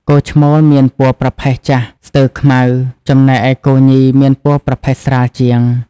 គោឈ្មោលមានពណ៌ប្រផេះចាស់ស្ទើរខ្មៅ ចំណែកឯគោញីមានពណ៌ប្រផេះស្រាលជាង។